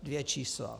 Dvě čísla.